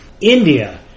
India